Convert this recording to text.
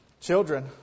children